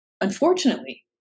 Unfortunately